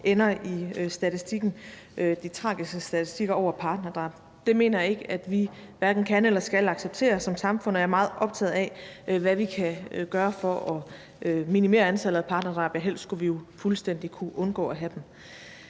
ender i den tragiske statistik over partnerdrab. Det mener jeg ikke at vi hverken kan eller skal acceptere som samfund, og jeg er meget optaget af, hvad vi kan gøre for at minimere antallet af partnerdrab; helst skulle vi jo fuldstændig kunne undgå at have dem.